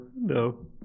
no